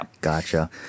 Gotcha